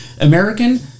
American